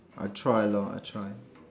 I try lor I try